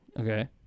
Okay